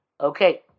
Okay